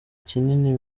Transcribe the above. kinini